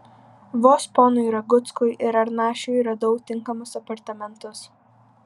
vos ponui raguckui ir arnašiui radau tinkamus apartamentus